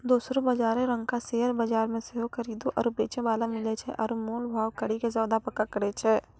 दोसरो बजारो रंगका शेयर बजार मे सेहो खरीदे आरु बेचै बाला मिलै छै आरु मोल भाव करि के सौदा पक्का करै छै